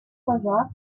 пожар